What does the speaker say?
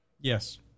Yes